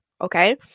Okay